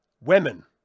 Women